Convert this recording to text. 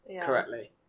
correctly